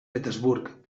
petersburg